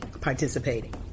participating